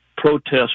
protest